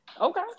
Okay